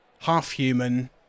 half-human